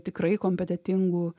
tikrai kompetetingų